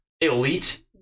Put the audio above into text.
elite